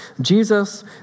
Jesus